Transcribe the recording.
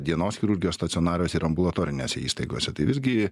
dienos chirurgijos stacionariose ir ambulatorinėse įstaigose tai visgi